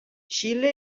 xile